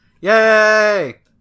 Yay